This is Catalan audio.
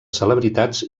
celebritats